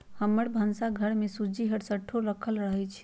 हमर भन्सा घर में सूज्ज़ी हरसठ्ठो राखल रहइ छै